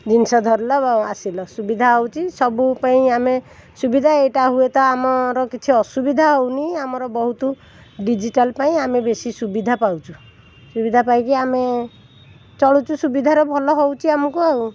ଜିନିଷ ଧରିଲ ଆସିଲ ସୁବିଧା ହେଉଛି ସବୁପାଇଁ ଆମେ ସୁବିଧା ଏଇଟା ହୁଏତ ଆମର କିଛି ଅସୁବିଧା ହେଉନି ଆମର ବହୁତ ଡିଜିଟାଲ୍ ପାଇଁ ଆମେ ବେଶି ସୁବିଧା ପାଉଛୁ ସୁବିଧା ପାଇକି ଆମେ ଚଳୁଛୁ ସୁବିଧାରେ ଭଲ ହେଉଛି ଆମକୁ ଆଉ